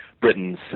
Britain's